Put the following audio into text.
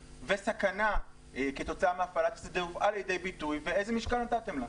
וסכנה כתוצאה מהפעלת שדה הובאה לידי ביטוי ואיזה משקל נתתם לה.